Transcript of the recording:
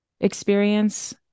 experience